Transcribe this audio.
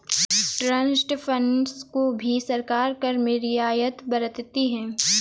trust funds को भी सरकार कर में रियायत बरतती है